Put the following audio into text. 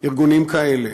ארגונים כאלה.